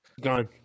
gone